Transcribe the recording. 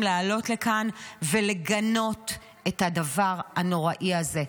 לעלות לכאן ולגנות את הדבר הנורא הזה.